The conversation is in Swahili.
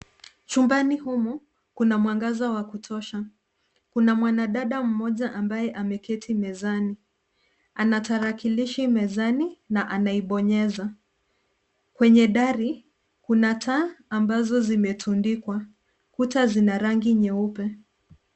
Chumbani humu kuna mwangaza wa kutosha, kuna mwanadada mmoja ambaye ameketi mezani, ana tarakilishi mezani na anaibonyeza. Kwenye dari, kuna taa ambazo zimetundikwa. Kuta zina rangi nyeupe.